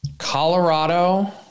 Colorado